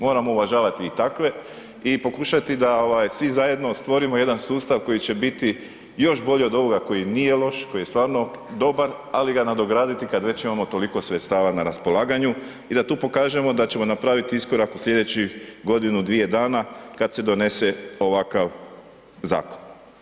Moramo uvažavati i takve i pokušati da ovaj svi zajedno stvorimo jedan sustav koji će biti još bolji od ovoga koji nije loš, koji je stvarno dobar, ali ga nadograditi kad već imamo toliko sredstava na raspolaganju i da tu pokažemo da ćemo napraviti iskorak u slijedećih godinu, dvije dana kad se donese ovakav zakon.